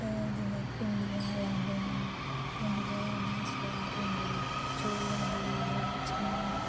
अ जि'यां भिंडियां लांदे न भिंडियें दा इ'न्ना सोआद होंदा ऐ चौलें दा राजमांह्